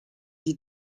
die